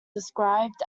described